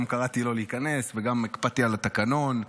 גם קראתי לו להיכנס וגם הקפדתי על התקנון.